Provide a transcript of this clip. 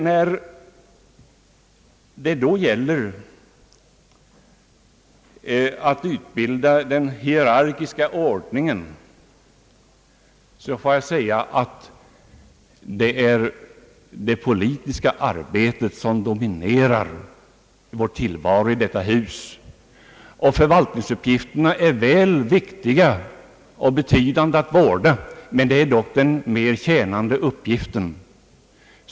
När det då gäller att utbilda den hierarkiska ordningen får vi ta hänsyn till att det är det politiska arbetet som dominerar vår tillvaro i detta hus. För valtningsuppgifterna är väl viktiga och betydande att vårda, men det är dock den mera tjänande uppgiften.